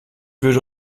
würde